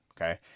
okay